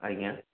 ଆଜ୍ଞା